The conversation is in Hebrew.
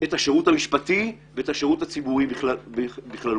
את השירות המשפטי ואת השירות הציבורי בכללותו.